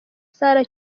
sahara